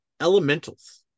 Elementals